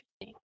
interesting